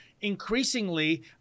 Increasingly